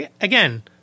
again